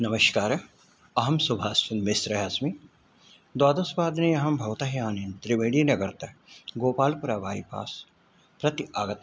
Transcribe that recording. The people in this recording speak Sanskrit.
नमस्कारः अहं सुभाषचन्द्रमिश्रः अस्मि द्वादशवादने अहं भवतः यानेन त्रिवेणि नगरतः गोपाल्पुर वैपास् प्रति आगत्वान्